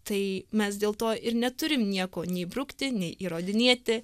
tai mes dėl to ir neturim nieko nei brukti nei įrodinėti